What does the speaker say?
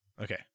Okay